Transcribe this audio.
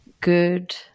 Good